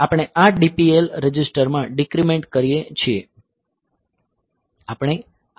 આપણે આ DPL રજિસ્ટરમાં ડીક્રીમેંટ કરીએ છીએ